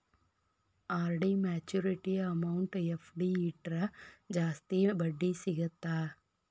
RD maturity amount FD ಇಟ್ರ ಜಾಸ್ತಿ ಬಡ್ಡಿ ಸಿಗತ್ತಾ